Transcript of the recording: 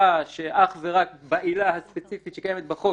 שאך ורק בעילה הספציפית שקיימת בחוק